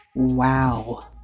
Wow